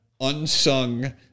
unsung